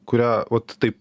kurią vot taip